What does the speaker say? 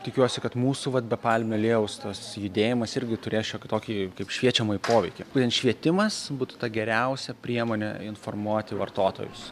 tikiuosi kad mūsų vat be palmių aliejaus tas judėjimas irgi turės šiokį tokį kaip šviečiamąjį poveikį būtent švietimas būtų ta geriausia priemonė informuoti vartotojus